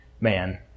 man